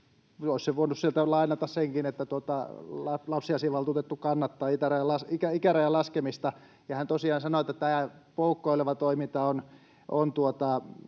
voinut sieltä lainata senkin, että lapsiasiavaltuutettu kannattaa ikärajan laskemista. Ja hän tosiaan sanoi, että tämä poukkoileva toiminta on